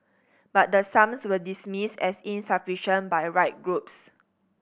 but the sums were dismissed as insufficient by right groups